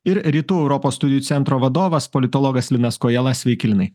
ir rytų europos studijų centro vadovas politologas linas kojala sveiki linai